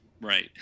right